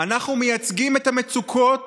אנחנו מייצגים את המצוקות